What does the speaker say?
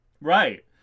Right